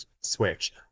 Switch